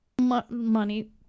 money